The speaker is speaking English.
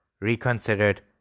reconsidered